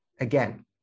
again